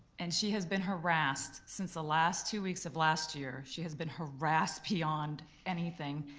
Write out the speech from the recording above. and she has been harassed since the last two weeks of last year. she has been harassed beyond anything.